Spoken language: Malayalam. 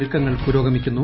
ഒരുക്കങ്ങൾ പുരോഗ്മീക്കുന്നു